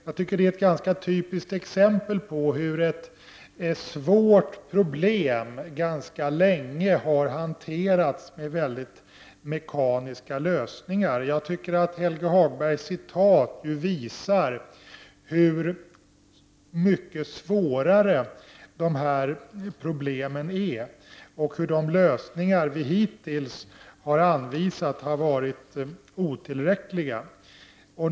Det är ett typiskt exempel på hur ett svårt problem ganska länge har hanterats med mekaniska lösningar. Helge Hagbergs citat visar hur mycket svårare dessa problem är och hur de lösningar som hittills har anvisats har varit otillräckliga.